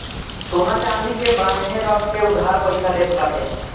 सोना चांदी के बान्हे रख के उधार पईसा लेत बाटे